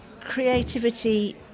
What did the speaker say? creativity